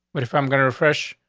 but if i'm gonna refresh,